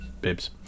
bibs